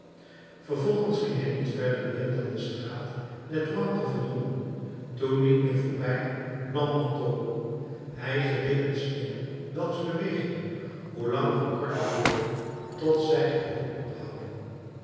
vervolgens ging hij niet verder meer dan de straat des trois pavillons toen niet meer voorbij de blancs manteaux hij geleek een slinger welks bewegingen hoe langer hoe korter worden tot zij geheel ophouden